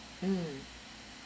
mm